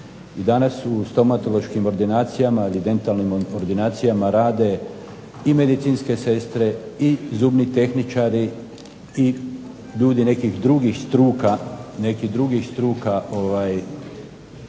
I danas u stomatološkim ordinacijama ili dentalnim ordinacijama rade i medicinske sestre i zubni tehničari i ljudi nekih drugih struka jer ne postoji